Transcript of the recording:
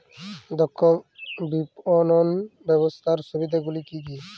দক্ষ বিপণন ব্যবস্থার সুবিধাগুলি কি কি?